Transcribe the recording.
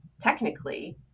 technically